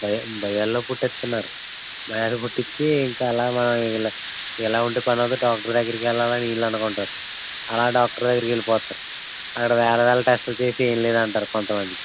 భయా భయాల్లో పుట్టిస్తున్నారు భయాలు పుట్టించి ఇంకా అలా ఇలా ఉంటే పనవదు డాక్టర్ దగ్గరకు వెళ్లాలని ఈళ్లనుకుంటారు అలా డాక్టర్ దగ్గరికెళ్లిపోతారు అక్కడ వేల వేల టెస్టులు చేసి ఏంలేదు అంటారు కొంతమంది